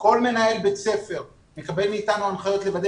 כל מנהל בית ספר מקבל מאתנו הנחיות לוודא